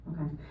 Okay